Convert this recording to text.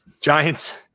Giants